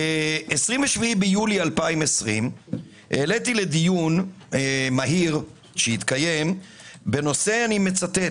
ב-27 ביולי 2020 העליתי לדיון מהיר שהתקיים בנושא אני מצטט